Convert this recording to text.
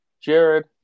jared